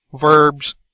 verbs